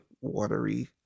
watery